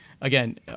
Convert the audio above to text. again